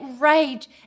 rage